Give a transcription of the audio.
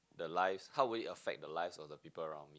the lives how would it affect the lives of the people around me